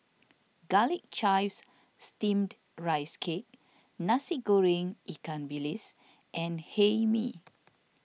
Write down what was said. Garlic Chives Steamed Rice Cake Nasi Goreng Ikan Bilis and Hae Mee